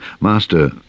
Master